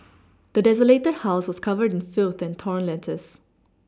the desolated house was covered in filth and torn letters